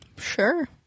sure